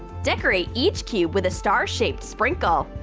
decorate each cube with a star-shaped sprinkle.